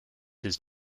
his